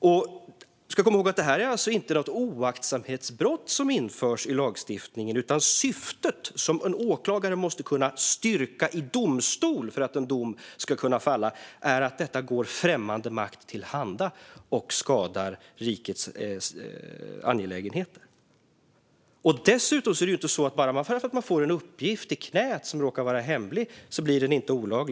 Vi ska komma ihåg att det alltså inte är något oaktsamhetsbrott som införs i lagstiftningen, utan syftet - vilket en åklagare måste kunna styrka i domstol för att en dom ska kunna falla - ska vara att gå främmande makt till handa och skada rikets angelägenheter. Dessutom är det ju inte så att en hemlig uppgift blir olaglig bara för att man råkar få den i knät.